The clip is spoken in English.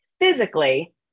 Physically